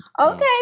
Okay